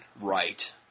Right